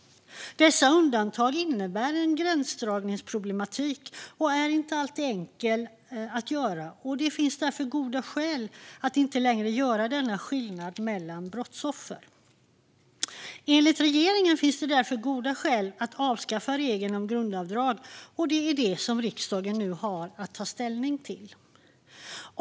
Dessa undantag innebär en gränsdragningsproblematik och är inte alltid enkla att göra. Det finns därför goda skäl att inte längre göra denna skillnad mellan brottsoffer. Enligt regeringen finns det goda skäl att avskaffa regeln om grundavdrag. Det är dem riksdagen nu har att ta ställning till.